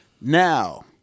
Now